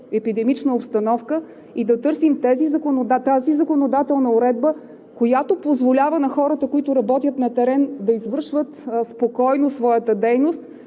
епидемична обстановка, и да търсим тази законодателна уредба, която позволява на хората, които работят на терен, да извършват спокойно своята дейност.